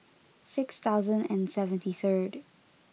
six thousand and seventy third